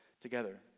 together